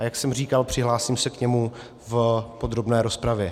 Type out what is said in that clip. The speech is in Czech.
Jak jsem říkal, přihlásím se k němu v podrobné rozpravě.